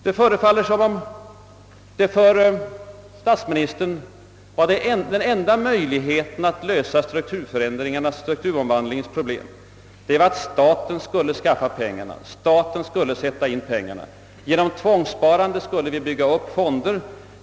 Det förefaller som om för statsministern den enda möjligheten att lösa strukturomvandlingens problem vore att staten skaffade en fond och satte in pengarna däri. Genom tvångssparande skulle vi alltså bygga upp fonden.